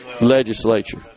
legislature